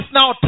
now